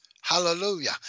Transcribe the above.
Hallelujah